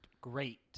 Great